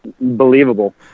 believable